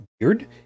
weird